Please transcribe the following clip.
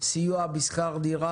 של סיוע בשכר דירה,